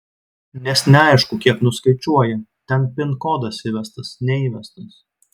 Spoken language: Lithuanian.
nes neaišku kiek nuskaičiuoja ten pin kodas įvestas neįvestas